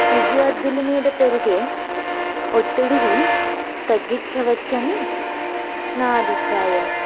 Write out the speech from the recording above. విద్యార్థుల మీద పెరిగే ఒత్తిడిని తగ్గించవచ్చు అని నా అభిప్రాయం